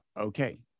Okay